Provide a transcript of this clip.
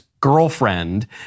girlfriend